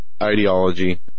Ideology